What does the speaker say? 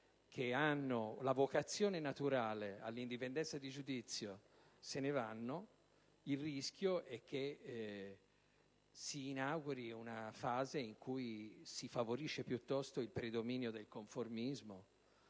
che hanno la vocazione naturale all'indipendenza di giudizio se ne vanno, il rischio è che si inauguri una fase in cui si favorisce piuttosto il predominio del conformismo